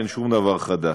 אין שום דבר חדש.